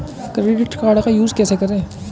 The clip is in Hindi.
क्रेडिट कार्ड का यूज कैसे करें?